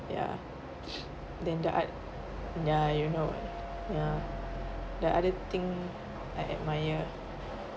ya then the oth~ ya you know what ya the other thing I admire